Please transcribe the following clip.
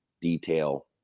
detail